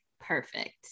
Perfect